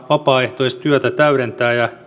vapaaehtoistyö täydentää ja